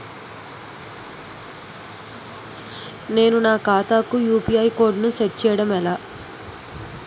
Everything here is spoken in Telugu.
నేను నా ఖాతా కు ఏదైనా యు.పి.ఐ కోడ్ ను సెట్ చేయడం ఎలా?